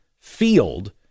field